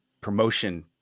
promotion